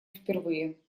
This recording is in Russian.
впервые